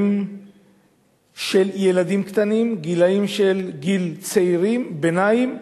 ילדים קטנים, צעירים, ביניים,